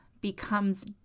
becomes